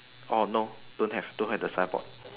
oh no don't have don't have the signboard